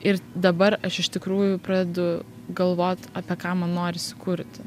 ir dabar aš iš tikrųjų pradedu galvot apie ką man norisi kurti